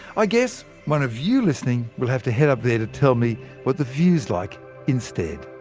i guess, one of you listening will have to head up there to tell me what the view's like instead